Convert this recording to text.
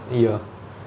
ya